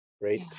right